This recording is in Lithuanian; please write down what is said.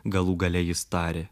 galų gale jis tarė